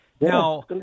Now